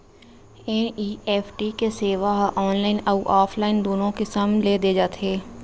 NEFT के सेवा ह ऑनलाइन अउ ऑफलाइन दूनो किसम ले दे जाथे